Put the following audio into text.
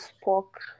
spoke